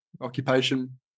occupation